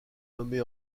nommée